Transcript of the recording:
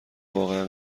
واقعا